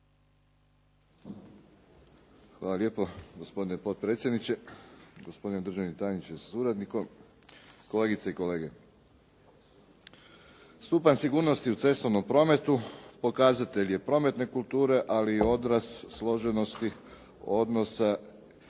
Hvala lijepo, gospodine potpredsjedniče. Gospodine državni tajniče sa suradnikom. Kolegice i kolege. Stupanj sigurnosti u cestovnom prometu pokazatelj je prometne kulture, ali i odraz složenosti odnosa u